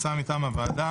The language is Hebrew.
הצעה מטעם הוועדה,